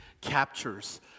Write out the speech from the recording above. captures